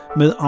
med